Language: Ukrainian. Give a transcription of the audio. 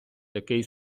такий